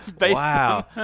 Wow